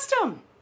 custom